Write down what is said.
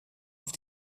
auf